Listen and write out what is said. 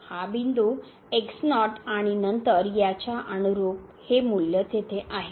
हा बिंदू x0 आणि नंतर याच्या अनुरुप हे मूल्य तेथे आहे